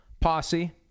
Posse